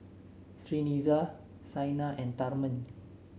Srinivasa Saina and Tharman